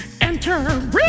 Enter